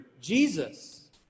Jesus